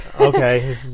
Okay